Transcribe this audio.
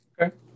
Okay